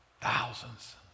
thousands